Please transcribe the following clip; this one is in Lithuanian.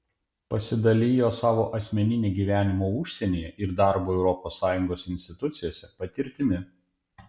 pasidalijo savo asmenine gyvenimo užsienyje ir darbo europos sąjungos institucijose patirtimi